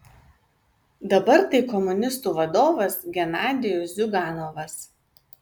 dabar tai komunistų vadovas genadijus ziuganovas